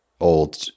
old